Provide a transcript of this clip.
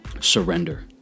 surrender